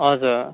हजुर